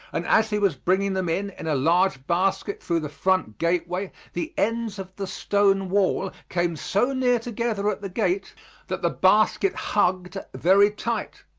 and as he was bringing them in in a large basket through the front gateway, the ends of the stone wall came so near together at the gate that the basket hugged very tight.